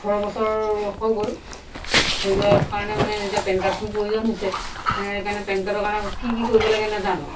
ওঠৰ বছৰ হৈ গ'ল হৈ যোৱাৰ কাৰণে মানে যেতিয়া পেন কাৰ্ডখন প্ৰয়োজন হৈছে সেইকাৰণে পেন কাৰ্ডৰ কাৰণে কি কি কৰিব লাগে নাজানো